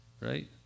right